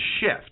shift